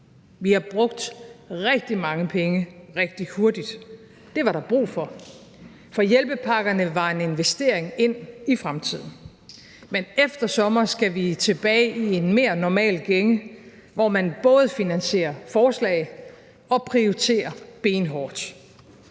Vi har brugt rigtig mange penge og rigtig hurtigt. Det var der brug for, for hjælpepakkerne var en investering i fremtiden. Men efter sommer skal vi tilbage i en mere normal gænge, hvor man både finansierer forslag og prioriterer benhårdt.